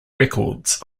records